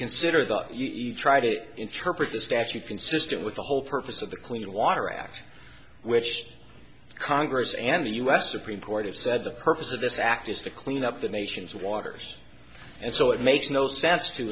consider that you try to interpret the statute consistent with the whole purpose of the clean water act which congress and the u s supreme court have said the purpose of this act is to clean up the nation's waters and so it makes no sense to